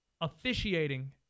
officiating